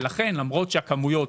לכן למרות שהכמויות